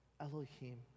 Elohim